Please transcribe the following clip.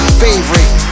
favorite